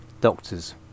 doctor's